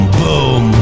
boom